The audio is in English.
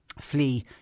flee